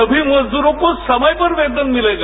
सभी मजदूरों को समय पर वेतन मिलेगा